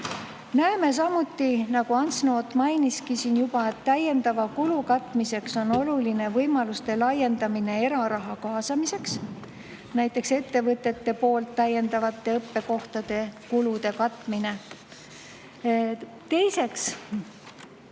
Näeme samuti, nagu Ants Noot mainiski siin juba, et täiendava kulu katmiseks on oluline võimaluste laiendamine eraraha kaasamiseks, näiteks ettevõtete poolt täiendavate õppekohtade kulude katmine. Teiseks